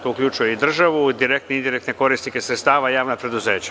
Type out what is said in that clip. To uključuje državu, direktne i indirektne korisnike sredstava javnog preduzeća.